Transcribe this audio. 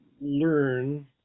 learn